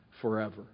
forever